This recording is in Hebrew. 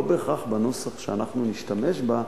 לא בהכרח בנוסח שאנחנו נשתמש בה,